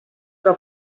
que